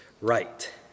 right